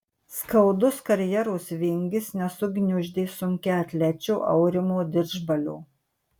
skaudus karjeros vingis nesugniuždė sunkiaatlečio aurimo didžbalio